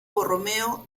borromeo